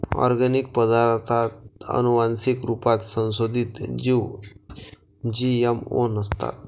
organic पदार्ताथ आनुवान्सिक रुपात संसोधीत जीव जी.एम.ओ नसतात